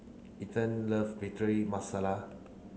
Ethelyn love Masala